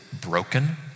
broken